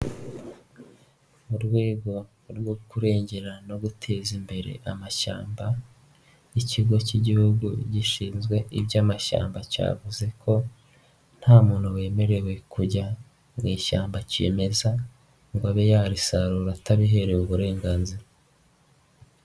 Mu rwego rwo kurengera no guteza imbere amashyamba, ikigo cy'igihugu gishinzwe iby'amashyamba cyavuze ko nta muntu wemerewe kujya mu ishyamba kimeza ngo abe yarisarura atabiherewe uburenganzira.